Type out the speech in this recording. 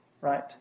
right